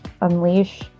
unleash